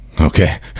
okay